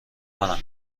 کنم